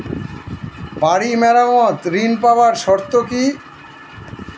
বাড়ি মেরামত ঋন পাবার শর্ত কি?